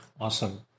Awesome